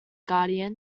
guardian